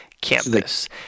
campus